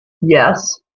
Yes